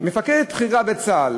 מפקדת בכירה בצה"ל